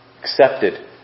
Accepted